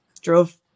drove